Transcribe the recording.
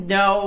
no